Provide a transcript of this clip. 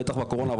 בטח בקורונה,